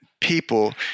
people